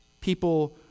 People